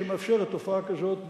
שמאפשרת תופעה כזאת בתוכנו.